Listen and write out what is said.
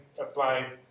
apply